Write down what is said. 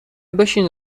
بشین